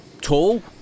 tall